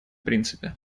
принципе